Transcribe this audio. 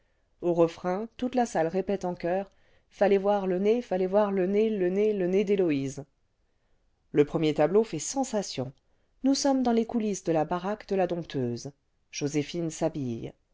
au refrain toute la salle répète en choeur fallait voir le nez fallait voir le nez le nez le nez d'héloïse le premier tableau fait sensation nous sommes dans les coulisses de la baraque de la dompteuse joséphine s'habille